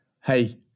Hey